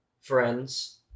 friends